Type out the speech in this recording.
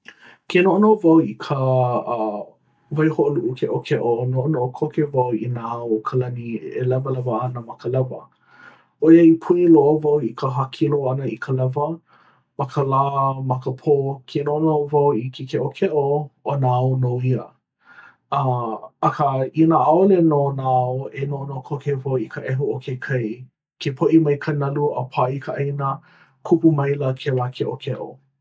ke noʻonoʻo wau i ka uh waihoʻoluʻu keʻokeʻo noʻonoʻo koke wau i nā ao o ka lani e lewalewa ana ma ka lewa ʻoiai puni loa wau i ka hākilo ʻana i ka lewa ma ka lā a ma ka pō ke noʻonoʻo wau i ke keʻokeʻo ʻo nā ao nō ia uh akā inā ʻaʻole nō nā ao e noʻonoʻo koke wau i ka ʻehu o ke kai ke poʻi ka nalu a pā i ka ʻāina kupu maila kēlā keʻokeʻo.